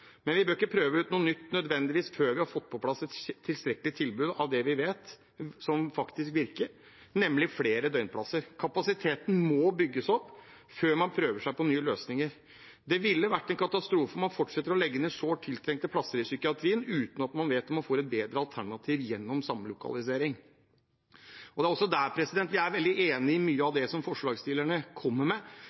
Men vi bør ikke nødvendigvis prøve ut noe nytt før vi har fått på plass et tilstrekkelig tilbud av det vi vet faktisk virker, nemlig flere døgnplasser. Kapasiteten må bygges opp før man prøver seg på nye løsninger. Det ville være en katastrofe om man fortsetter å legge ned sårt tiltrengte plasser i psykiatrien uten at man vet om man får et bedre alternativ gjennom samlokalisering. Det er der vi er veldig enig i mye av det som forslagsstillerne kommer med,